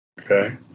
Okay